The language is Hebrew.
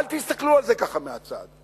אל תסתכלו על זה ככה מהצד.